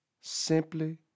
simply